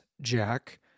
jack